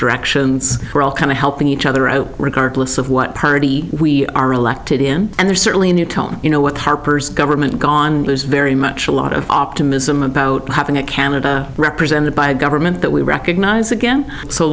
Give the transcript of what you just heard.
directions we're all kind of helping each other out regardless of what party we are elected in and there's certainly a new tone you know what harper's government gone there's very much a lot of optimism about having a canada represented by a government that we recognise again so